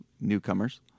newcomers